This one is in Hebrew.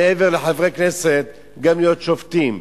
מעבר לחברי כנסת, גם להיות שופטים.